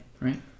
right